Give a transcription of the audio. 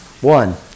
One